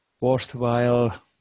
worthwhile